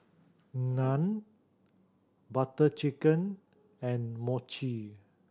Naan Butter Chicken and Mochi